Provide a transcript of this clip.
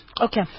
Okay